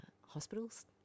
hospitals